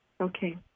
Okay